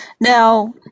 Now